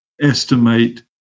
estimate